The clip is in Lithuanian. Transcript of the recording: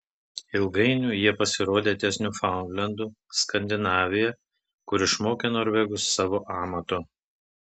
ilgainiui jie pasirodė ties niufaundlendu skandinavija kur išmokė norvegus savo amato